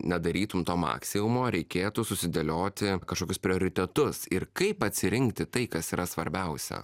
nedarytum to maksimumo reikėtų susidėlioti kažkokius prioritetus ir kaip atsirinkti tai kas yra svarbiausia